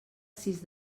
sis